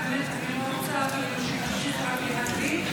באמת אני לא רוצה שתמשיך להקריא,